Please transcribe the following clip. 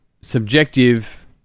subjective